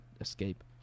escape